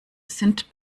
sind